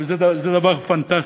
זה דבר פנטסטי,